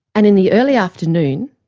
and in the early afternoon,